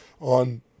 on